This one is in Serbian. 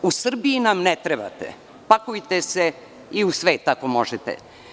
U Srbiji nam ne trebate, pakujte se i u svet, ako možete.